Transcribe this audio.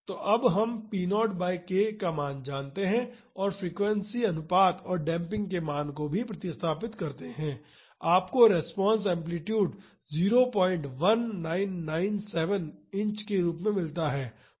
तो अब हम p0 बाई k का मान जानते हैं और फ्रीक्वेंसी अनुपात और डेम्पिंग के मान को भी प्रतिस्थापित करते हैं आपको रिस्पांस एम्पलीटूड 01997 इंच के रूप में मिलता है